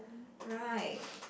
right